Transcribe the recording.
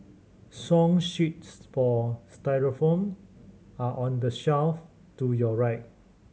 song sheets for xylophone are on the shelf to your right